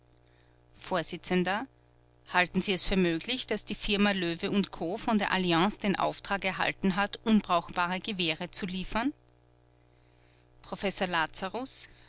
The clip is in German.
vors halten sie es für möglich daß die firma löwe co von der alliance den auftrag erhalten hat unbrauchbare gewehre zu liefern professor lazarus